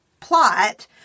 plot